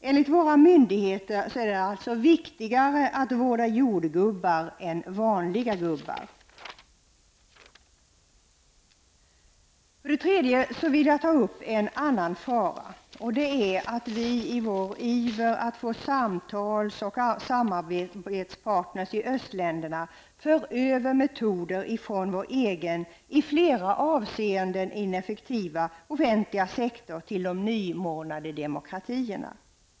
Enligt våra myndigheter är det alltså viktigare att vårda jordgubbar än att vårda vanliga gubbar. Sedan vill jag nämna en fara i det här sammanhanget. Risken finns nämligen att vi i vår iver att få samtals och samarbetspartner i östländerna för över arbetsmetoder från vår egen i flera avseenden ineffektiva offentliga sektor till dessa nymornade demokratier.